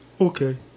okay